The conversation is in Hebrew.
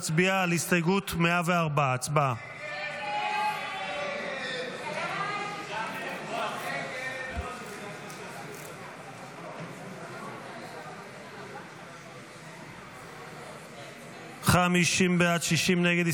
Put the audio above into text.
נצביע על הסתייגות 104. הצבעה.